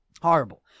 Horrible